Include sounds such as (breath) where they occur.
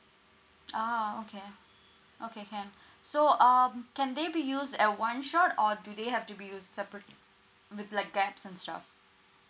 ah okay okay can (breath) so um can they be used as one shot or do they have to be used separately (noise) with like gaps and stuff